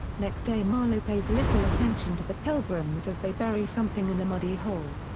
next day marlow pays little attention to the pilgrims as they bury something in a muddy hole.